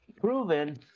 proven